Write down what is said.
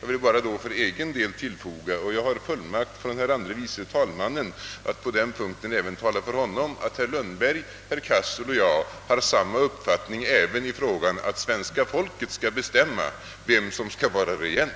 Jag vill bara för egen del tillfoga — och jag har fullmakt från herr andre vice talmannen att på den punkten tala även för honom — att herr Lundberg, herr Cassel och jag har samma uppfattning även i den frågan att svenska folket skall bestämma vem som skall vara regent,